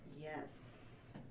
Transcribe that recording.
Yes